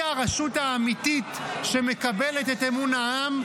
היא הרשות האמיתית שמקבלת את אמון העם,